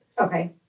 Okay